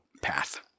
path